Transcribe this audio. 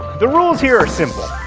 the rules here are simple.